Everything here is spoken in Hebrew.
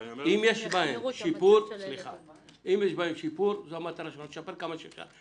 אם יש בהן שיפור זו המטרה שלנו, לשפר כמה שאפשר.